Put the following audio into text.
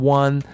one